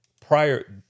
Prior